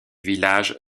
village